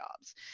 jobs